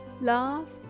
love